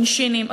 שינשינים,